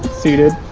seated